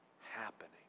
happening